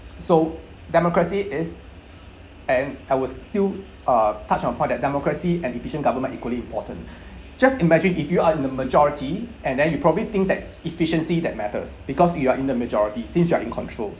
so democracy is and I will still uh touch on point that democracy and efficient government equally important just imagine if you are in the majority and then you probably think that efficiency that matters because you are in the majority since you are in control